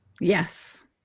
Yes